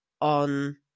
on